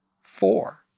four